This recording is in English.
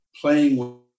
playing